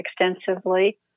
extensively